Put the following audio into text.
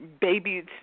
baby